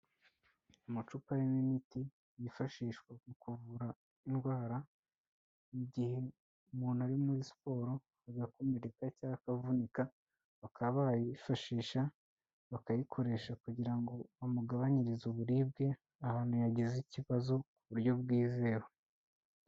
Amacupa arimo imiti yifashishwa mu kuvura indwara igihe umuntu ari muri siporo agakomereka cyangwa akavunika bakaba bayifashisha, bakayikoresha kugira ngo bamugabanyirize uburibwe ahantu yagize ikibazo ku buryo bwizewe.